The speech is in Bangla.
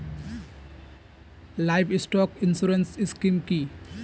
লাইভস্টক ইন্সুরেন্স স্কিম কি?